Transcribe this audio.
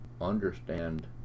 understand